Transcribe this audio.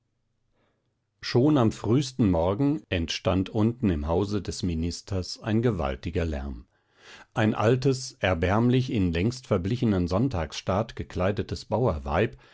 schon am frühsten morgen entstand unten im hause des ministers ein gewaltiger lärm ein altes erbärmlich in längst verblichenen sonntagsstaat gekleidetes